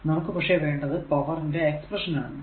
നമുക്ക് പക്ഷെ വേണ്ടത് പവർ ന്റെ എക്സ്പ്രെഷൻ ആണ്